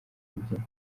kubyina